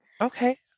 Okay